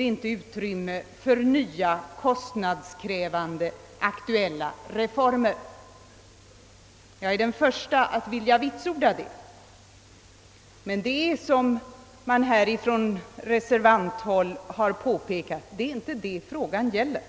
inte utrymme för nya, kostnadskrävande reformer — jag är den första att vitsorda det. Men det är, som en del reservanter redan påpekat, inte detta frågan gäller.